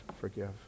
forgive